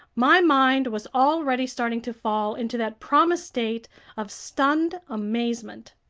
my mind was already starting to fall into that promised state of stunned amazement.